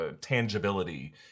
tangibility